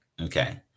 Okay